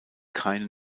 keine